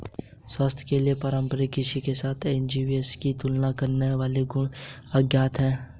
स्वास्थ्य के लिए पारंपरिक कृषि के साथ एसएपीएस की तुलना करने वाले गुण अज्ञात है